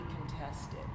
contested